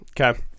okay